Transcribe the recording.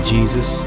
Jesus